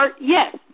Yes